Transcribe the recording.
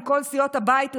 כל סיעות הבית,